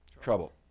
Trouble